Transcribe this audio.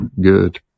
good